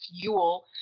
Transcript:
fuel